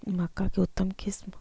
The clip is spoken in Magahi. मक्का के उतम किस्म?